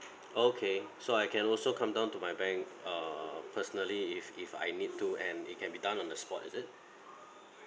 okay so I can also come down to my bank err personally if if I need to and it can be done on the spot is it